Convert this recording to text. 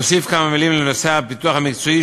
אוסיף כמה מילים בנושא הפיתוח המקצועי,